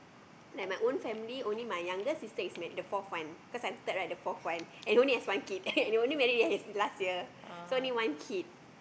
and my own family only my younger sister is married the fourth one cause I'm third right the fourth one and only has one kid and only married last year so one kid